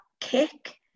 kick